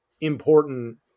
important